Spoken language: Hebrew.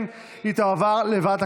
52, נגד, 47, אין נמנעים.